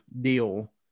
deal